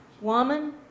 woman